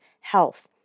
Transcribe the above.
health